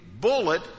bullet